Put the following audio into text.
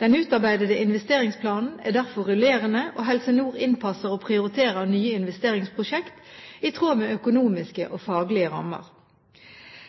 Den utarbeidede investeringsplanen er derfor rullerende, og Helse Nord innpasser og prioriterer nye investeringsprosjekter i tråd med økonomiske